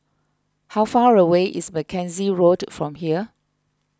how far away is Mackenzie Road from here